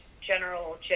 general